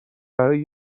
برای